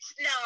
no